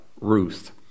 Ruth